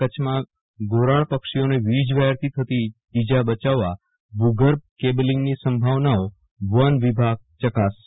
કરછમાં ધોરાડ પક્ષીઓને વીજવાયરથી થતી ઈજા બચાવવા ભૂગર્ભ કેબ્લીગની સંભાવનાઓ વન વિભાગ ચકાસશે